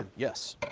and yes.